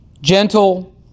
gentle